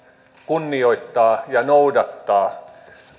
kunnioittaa ja noudattaa